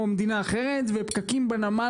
או מדינה אחרת ופקקים בנמל,